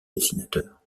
dessinateur